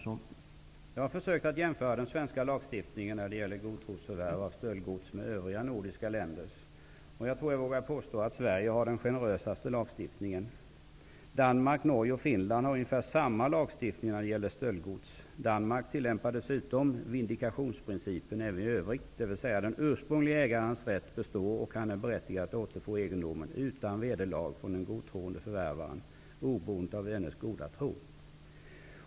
Herr talman! Jag har försökt att jämföra den svenska lagstiftningen om godtrosförvärv av stöldgods med övriga nordiska länders, och jag tror att jag vågar påstå att Sverige har den generösaste lagstiftningen. Danmark, Norge och Finland har ungefär samma lagstiftning, när det gäller stöldgods. Danmark tillämpar dessutom vindikationsprincipen även i övrigt, vilket innebär att den ursprunglige ägarens rätt består och att han är berättigad att återfå egendomen utan vederlag från den godtroende förvärvaren oberoende av dennes goda tro.